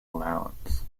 allowance